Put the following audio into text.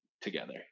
together